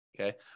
Okay